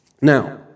Now